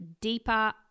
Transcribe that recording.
deeper